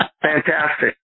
Fantastic